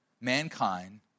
mankind